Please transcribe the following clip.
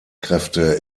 kräfte